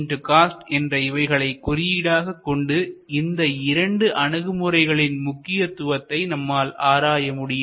xy என்று இவைகளை குறியீடாகக் கொண்டு இந்த இரண்டு அணுகுமுறைகளில் முக்கியத்துவத்தை நம்மால் ஆராய முடியும்